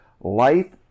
life